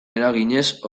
eraginez